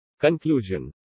Conclusion